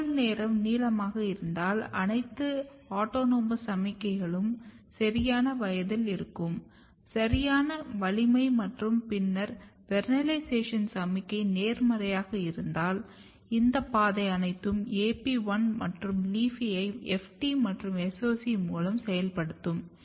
பகல் நேரம் நீளமாக இருந்தால் அனைத்து ஆட்டோனோமஸ் சமிக்ஞைகளும் சரியான வயதில் இருந்தால் சரியான வலிமை மற்றும் பின்னர் வெர்னெலைசேஷன் சமிக்ஞை நேர்மறையானதாக இருந்தால் இந்த பாதை அனைத்தும் AP1 மற்றும் LEAFY ஐ FT மற்றும் SOC1 மூலம் செயல்படுத்தும்